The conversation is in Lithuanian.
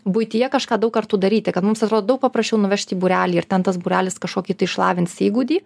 buityje kažką daug kartų daryti kad mums atrodo daug paprasčiau nuvežt į būrelį ir ten tas būrelis kažkokį tai išlavins įgūdį